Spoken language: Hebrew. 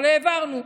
אבל העברנו.